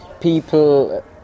people